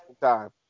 time